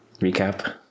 recap